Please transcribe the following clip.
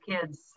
kids